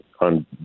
on